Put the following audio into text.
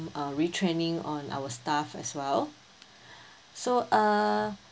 uh retraining on our staff as well so uh